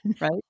right